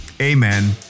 Amen